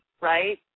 right